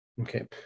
Okay